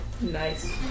Nice